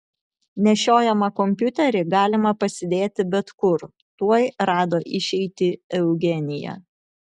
nešiojamą kompiuterį galima pasidėti bet kur tuoj rado išeitį eugenija